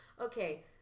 okay